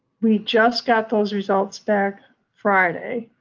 we just got those results back friday,